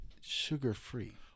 Sugar-free